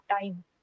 time